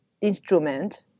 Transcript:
instrument